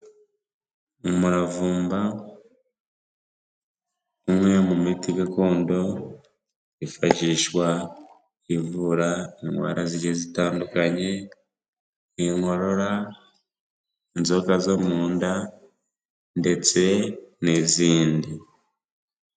Umuravumba umwe mu miti gakondo yifashishwa ivura indwara zigiye zitandukanye nk'inkorora, inzoka zo mu nda ndetse n'izindi.